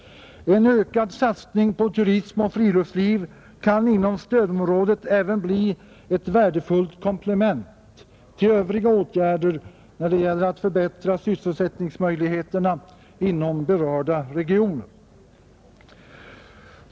En ökad satsning på turism och friluftsliv kan inom stödområdet även bli ett värdefullt komplement till övriga åtgärder, när det gäller att förbättra sysselsättningsmöjligheterna inom berörda regioner.